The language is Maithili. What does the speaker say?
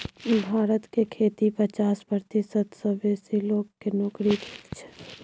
भारत के खेती पचास प्रतिशत सँ बेसी लोक केँ नोकरी दैत छै